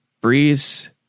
Breeze